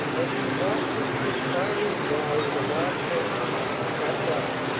as he mopped his perspiring brow with a large handkerchief and sat down,